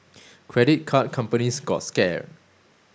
credit card companies got scared